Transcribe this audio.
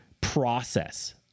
process